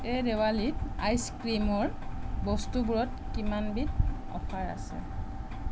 এই দেৱালীত আইচ ক্ৰীমৰ বস্তুবোৰত কিমান বিধ অ'ফাৰ আছে